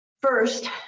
First